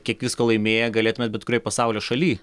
kiek visko laimėję galėtumėt bet kurioj pasaulio šaly